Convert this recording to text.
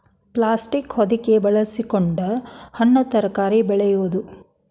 plastic ಹೊದಿಕೆ ಬಳಸಕೊಂಡ ಹಣ್ಣು ತರಕಾರಿ ಬೆಳೆಯುದು